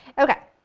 okay,